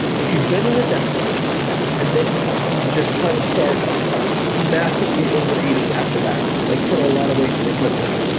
if you've been in a deficit and then you you just kind of start massively overeating after that, like putting on a lot of weight really quickly,